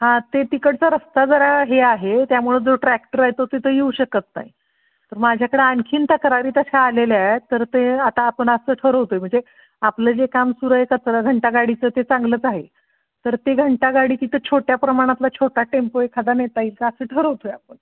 हां ते तिकडचा रस्ता जरा हे आहे त्यामुळं जो ट्रॅक्टर आहे तो तिथं येऊ शकत नाही तर माझ्याकडं आणखीन तक्रारी तशा आलेल्या आहे तर ते आता आपण असं ठरवतो आहे म्हणजे आपलं जे काम सुरू आहे कचरा घंटा गाडीचं ते चांगलंच आहे तर ती घंटा गाडी तिथं छोट्या प्रमाणातला छोटा टेम्पो एखादा नेता येईल का तर असं ठरवतो आहे आपण